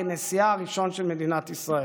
כנשיאה הראשון של מדינת ישראל,